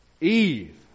Eve